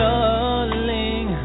Darling